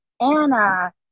Anna